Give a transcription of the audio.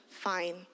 fine